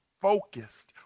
focused